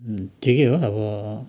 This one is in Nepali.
ठिकै हो अब